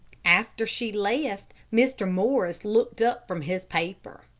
after she left, mr. morris looked up from his paper.